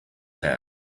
had